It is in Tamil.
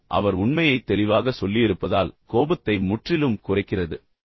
அதனால் அவர் உண்மையைத் தெளிவாகச் சொல்லியிருப்பதால் கோபத்தை முற்றிலும் குறைக்கிறது